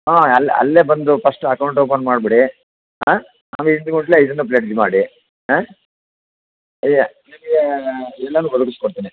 ಹಾಂ ಅಲ್ಲಿ ಅಲ್ಲೇ ಬಂದು ಪಸ್ಟು ಅಕೌಂಟ್ ಓಪನ್ ಮಾಡಿಬಿಡಿ ಹಾಂ ಇದನ್ನು ಬ್ಲೆಡ್ಜ್ ಮಾಡಿ ಹಾಂ ಇಯಾ ಇದಕ್ಕೇ ಇನ್ನೊಂದು ಕೊಡ್ತೇನೆ ಆಂ